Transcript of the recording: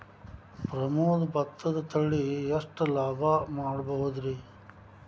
ಪ್ರಮೋದ ಭತ್ತದ ತಳಿ ಎಷ್ಟ ಲಾಭಾ ಮಾಡಬಹುದ್ರಿ?